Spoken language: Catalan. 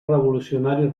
revolucionari